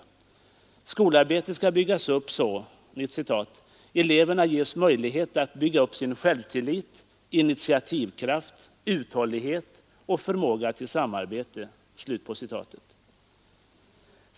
Skolarbe tet skall byggas upp så att ”eleverna ges möjlighet att bygga upp sin självtillit, initiativkraft, uthållighet och förmåga till samarbete”.